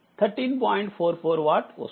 44వాట్ వస్తుంది